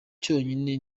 cyonyine